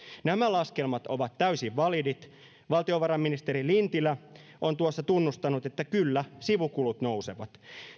nämä laskelmat ovat täysin validit valtiovarainministeri lintilä on tuossa tunnustanut että kyllä sivukulut nousevat